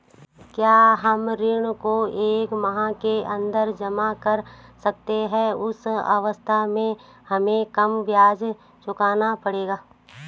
क्या हम ऋण को एक माह के अन्दर जमा कर सकते हैं उस अवस्था में हमें कम ब्याज चुकाना पड़ेगा?